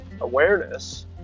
awareness